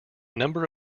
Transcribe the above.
number